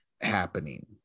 happening